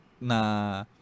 na